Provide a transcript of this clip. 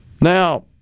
Now